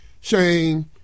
shame